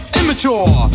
immature